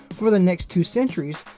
for the next two centuries,